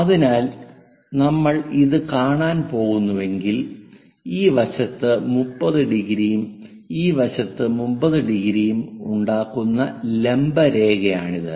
അതിനാൽ നമ്മൾ ഇത് കാണാൻ പോകുന്നുവെങ്കിൽ ഈ വശത്ത് 30 ഡിഗ്രിയും ഈ വശത്ത് 30 ഡിഗ്രിയും ഉണ്ടാക്കുന്ന ലംബ രേഖയാണിത്